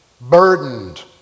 Burdened